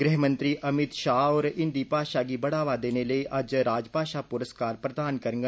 गृहमंत्री अमित शाह होर हिन्दी भाषा गी बढ़ावा देने लेई अज्ज राज भाषा प्रस्कार प्रदान करोग